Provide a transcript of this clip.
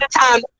time